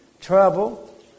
trouble